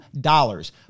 dollars